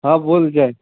हां बोल जय